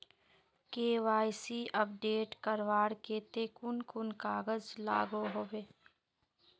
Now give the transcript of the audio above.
KYC update करवार केते कुन कुन कागज लागोहो होबे?